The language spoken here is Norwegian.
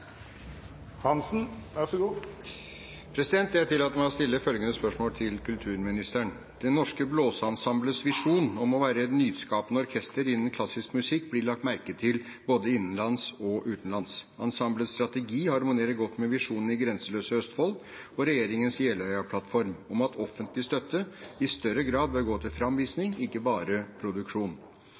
til kulturministeren: «Det Norske Blåseensembles visjon om å være et nyskapende orkester innen klassisk musikk blir lagt merke til både innen- og utenlands. Ensemblets strategi harmonerer godt med visjonen i «Grenseløse Østfold» og regjeringens Jeløya-plattform om at offentlig støtte i større grad bør gå til fremvisning, ikke bare til produksjon.